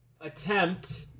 attempt